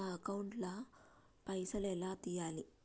నా అకౌంట్ ల పైసల్ ఎలా తీయాలి?